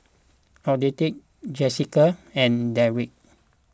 Odette Jesica and Darrick